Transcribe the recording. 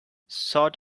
sort